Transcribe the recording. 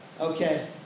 Okay